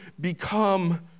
become